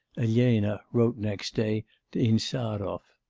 elena wrote next day to insarov